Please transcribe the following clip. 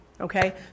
Okay